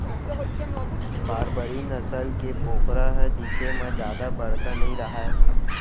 बारबरी नसल के बोकरा ह दिखे म जादा बड़का नइ रहय